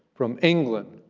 from england,